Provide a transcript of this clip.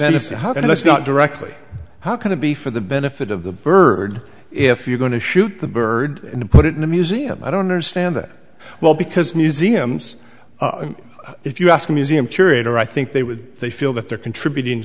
of how and let's not directly how going to be for the benefit of the bird if you're going to shoot the bird and put it in a museum i don't understand it well because museums if you ask museum curator i think they would they feel that they're contributing